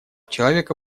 человека